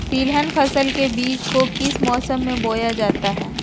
तिलहन फसल के बीज को किस मौसम में बोया जाता है?